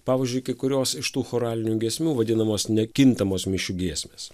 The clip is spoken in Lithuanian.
pavyzdžiui kai kurios iš tų choralinių giesmių vadinamos nekintamos mišių giesmės